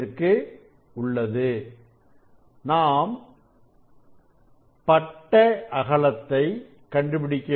பிறகு நாம் பட்டை அகலத்தை கண்டுபிடிக்க வேண்டும்